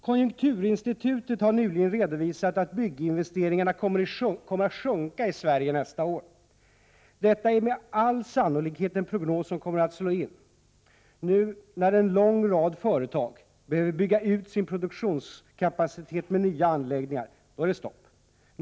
Konjunkturinstitutet har nyligen redovisat att bygginvesteringarna kommer att sjunka i Sverige nästa år. Detta är med all sannolikhet en prognos som kommer att slå in. Nu, när en lång rad företag behöver bygga ut sin produktionskapacitet med nya anläggningar, då är det stopp.